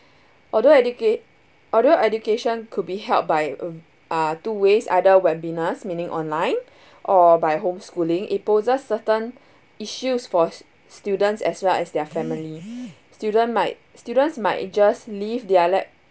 although educa~ although education could be held by uh uh two ways either webinars meaning online or by home schooling it possess certain issues for s~ students as well as their family student might students might just leave their